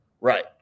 Right